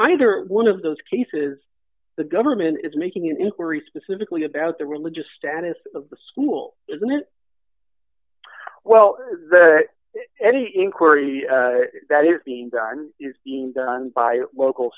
either one of those cases the government is making an inquiry specifically about the religious status of the school isn't it well any inquiry that is being done is deemed by local